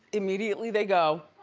immediately they go.